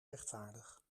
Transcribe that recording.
rechtvaardig